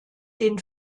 den